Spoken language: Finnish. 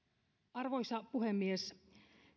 arvoisa puhemies